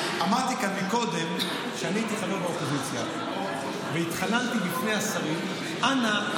אמרתי כאן מקודם שכשאני הייתי חבר באופוזיציה והתחננתי בפני השרים: אנא,